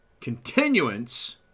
continuance